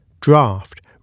draft